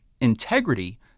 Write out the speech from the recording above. integrity